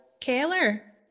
Keller